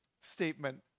statement